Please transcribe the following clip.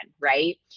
right